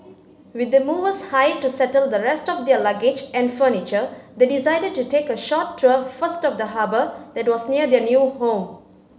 with the movers hired to settle the rest of their luggage and furniture they decided to take a short tour first of the harbour that was near their new home